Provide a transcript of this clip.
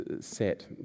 set